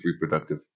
reproductive